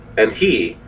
and he,